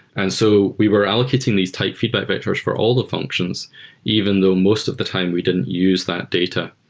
and so we were allocating these type feedback vectors for all the functions even though most of the time we didn't use that data.